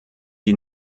die